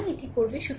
সুতরাং এটি করবে